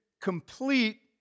complete